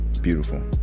beautiful